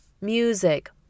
music